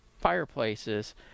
fireplaces